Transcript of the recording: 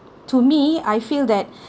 to me I feel that